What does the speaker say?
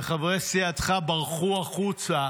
וחברי סיעתך ברחו החוצה